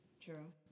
True